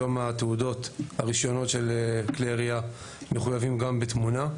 היום הרישיונות של כלי ירייה מחויבים גם בתמונה,